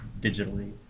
digitally